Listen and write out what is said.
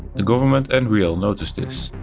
the government and re-l notice this,